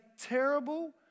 terrible